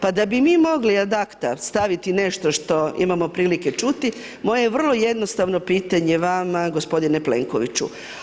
Pa da bi mi mogli ad acta staviti nešto što imamo prilike čuti, moje vrlo jednostavno pitanje vama, g. Plenkoviću.